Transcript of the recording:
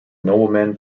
nobleman